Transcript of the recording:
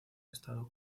estado